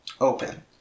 open